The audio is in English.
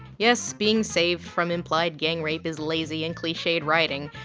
yes, being saved from implied gang rape is lazy and cliched writing,